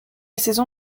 saison